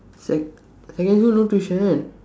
sec secondary no tuition